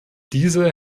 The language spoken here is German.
diese